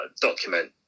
document